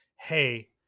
Hey